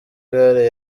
gare